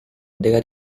della